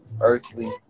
earthly